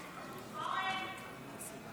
אני קובע כי הצעת חוק לתיקון פקודת בתי הסוהר (העסקת מתנדבים),